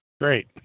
great